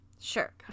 Sure